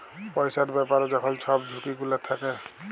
পইসার ব্যাপারে যখল ছব ঝুঁকি গুলা থ্যাকে